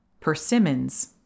Persimmons